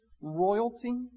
royalty